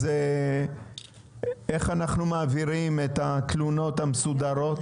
אז איך אנחנו מעבירים את התלונות המסודרות?